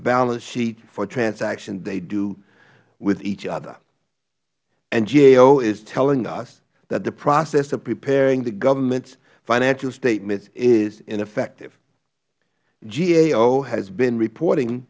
balance sheets for transactions they do with each other and gao is telling us that the process of preparing the government's financial statement is ineffective gao has been reporting